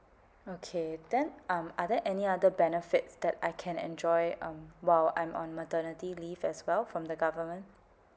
okay then um are there any other benefits that I can enjoy um while I'm on maternity leave as well from the government